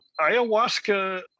ayahuasca